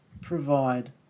Provide